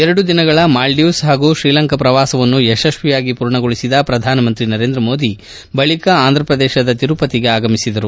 ಎರಡು ದಿನಗಳ ಮಾಲ್ಲೀವ್ಗ ಹಾಗೂ ಶ್ರೀಲಂಕಾ ಪ್ರವಾಸವನ್ನು ಯಶಸ್ವಿಯಾಗಿ ಪೂರ್ಣಗೊಳಿಸಿದ ಪ್ರಧಾನಮಂತ್ರಿ ನರೇಂದ್ರ ಮೋದಿ ಬಳಿಕ ಆಂಧ್ರಪ್ಪದೇಶದ ತಿರುಪತಿಗೆ ಆಗಮಿಸಿದರು